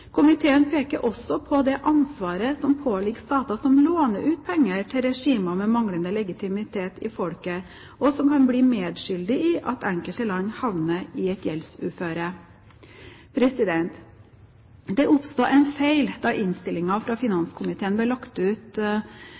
Komiteen peker også på det ansvaret som påligger stater som låner ut penger til regimer med manglende legitimitet i folket, og som kan bli medskyldige i at enkelte land havner i et gjeldsuføre. Det oppsto en feil da innstillingen fra finanskomiteen ble lagt ut,